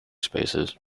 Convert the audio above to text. spaces